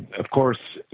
of course,